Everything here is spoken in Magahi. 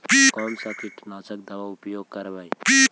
कोन सा कीटनाशक दवा उपयोग करबय?